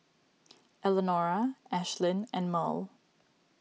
Elenora Ashlynn and Murl